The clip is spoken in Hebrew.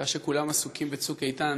בשעה שכולם עסוקים ב"צוק איתן",